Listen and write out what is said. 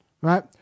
Right